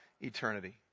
eternity